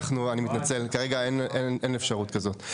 אני מתנצל, כרגע אין אפשרות כזאת.